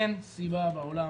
אין סיבה בעולם,